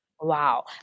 Wow